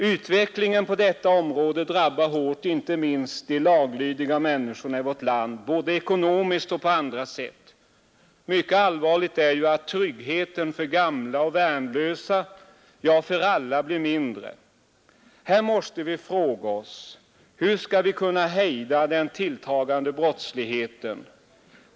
Utvecklingen på detta område drabbar hårt inte minst de laglydiga människorna i vårt land, både ekonomiskt och på andra sätt. Mycket allvarligt är att tryggheten för gamla och värnlösa — ja, för alla, blir mindre. Här måste vi fråga oss: Hur skall vi kunna hejda den tilltagande brottsligheten?